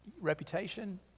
reputation